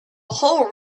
whole